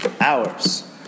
hours